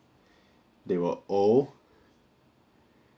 they were old